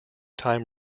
time